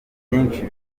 byinshi